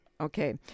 Okay